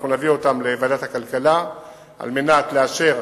אנחנו נביא אותן לוועדת הכלכלה על מנת לאשר